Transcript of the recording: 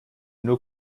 nur